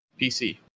PC